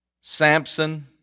Samson